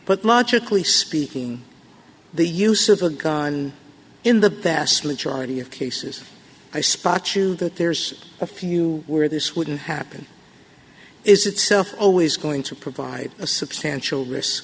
but logically speaking the use of a gun in the vast majority of cases i spot to that there's a few where this wouldn't happen is itself always going to provide substantial risk